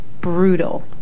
brutal